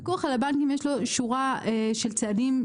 הפיקוח על הבנקים יש לו שורה של צעדים,